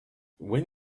when